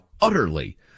utterly